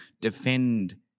defend